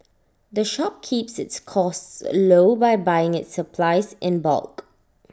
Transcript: the shop keeps its costs low by buying its supplies in bulk